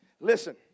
Listen